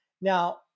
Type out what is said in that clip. Now